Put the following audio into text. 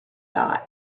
thought